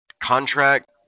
contract